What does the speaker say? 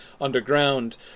underground